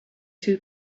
two